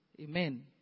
Amen